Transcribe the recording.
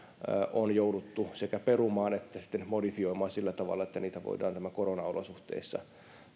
on jouduttu sekä perumaan että sitten modifioimaan sillä tavalla että niitä voidaan näissä koronaolosuhteissa